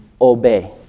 obey